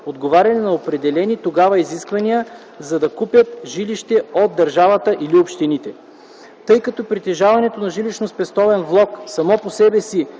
отговаряли на определени тогава изисквания, за да закупят жилище от държавата или общините. Тъй като притежаването на жилищно-спестовен влог само по себе си